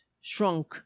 shrunk